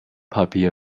puppy